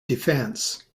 defense